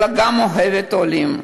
אלא גם אוהבת עולים.